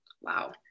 Wow